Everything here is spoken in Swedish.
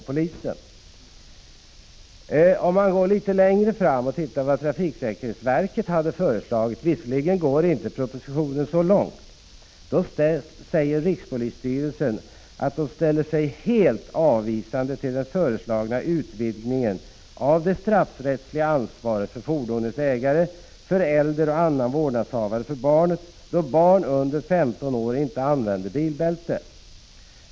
Jag kan gå litet längre fram och se vad trafiksäkerhetsverket har föreslagit, även om propositionen inte går så långt. Rikspolisstyrelsen säger att man ” ställer sig helt avvisande till den föreslagna utvidgningen av det straffrättsliga ansvaret för fordonets förare, förälder och annan vårdnadshavare för barn, då barn under 15 år inte använder bilbälte.